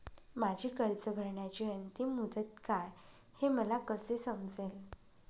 माझी कर्ज भरण्याची अंतिम मुदत काय, हे मला कसे समजेल?